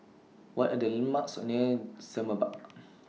What Are The landmarks near Semerbak